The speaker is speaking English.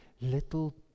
little